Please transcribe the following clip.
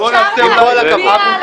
אפשר להגיד מילה על הגינות?